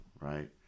right